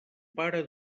pare